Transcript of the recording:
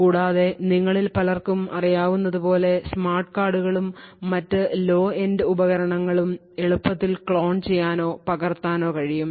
കൂടാതെ നിങ്ങളിൽ പലർക്കും അറിയാവുന്നതുപോലെ സ്മാർട്ട് കാർഡുകളും മറ്റ് ലോ എൻഡ് ഉപകരണങ്ങളും എളുപ്പത്തിൽ ക്ലോൺ ചെയ്യാനോ പകർത്താനോ കഴിയും